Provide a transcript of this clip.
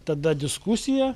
tada diskusija